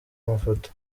mafoto